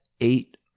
eight